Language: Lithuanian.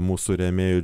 mūsų rėmėjų